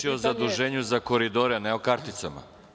Reč je o zaduženju za koridore, a ne o karticama.